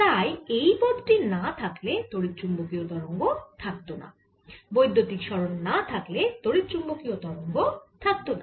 তাই এই পদ টি না থাকলে তড়িৎচুম্বকীয় তরঙ্গ থাকত না বৈদ্যুতিক সরণ না থাকলে তড়িৎচুম্বকীয় তরঙ্গ থাকত না